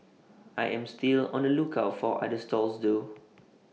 I am still on the lookout for other stalls though